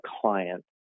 client